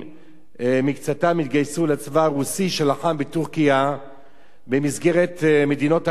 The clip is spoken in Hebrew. מקצתם התגייסו לצבא הרוסי שלחם בטורקיה במסגרת מדינות ההסכמה.